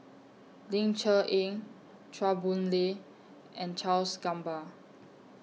Ling Cher Eng Chua Boon Lay and Charles Gamba